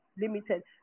Limited